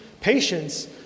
Patience